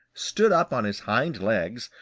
stood up on his hind legs,